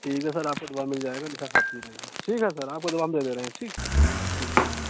ठीक है सर आपको दवा मिल जाएगा हमेशा खाते रहिए ठीक है सर आपको दवा हम दे दे रहे हैं ठीक ठीक है ठीक